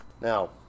Now